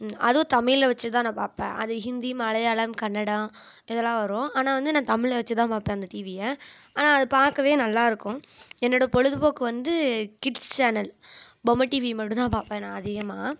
அதுவும் தமிழில் வச்சு தான் நான் பார்ப்பேன் அது ஹிந்தி மலையாளம் கன்னடா இதெல்லாம் வரும் ஆனால் வந்து நா தமிழில் வச்சு தான் பார்ப்பேன் அந்த டிவியை ஆனால் அது பார்க்கவே நல்லா இருக்கும் என்னோடய பொழுதுபோக்கு வந்து கிட்ஸ் சேனல் பொம்மை டிவி மட்டும் தான் பார்ப்பேன் நான் அதிகமாக